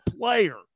player